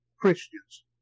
Christians